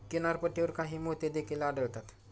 किनारपट्टीवर काही मोती देखील आढळतात